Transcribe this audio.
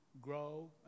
grow